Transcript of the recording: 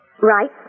Right